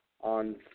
on